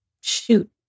shoot